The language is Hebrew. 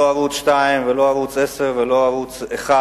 לא ערוץ-2 ולא ערוץ-10 ולא ערוץ-1,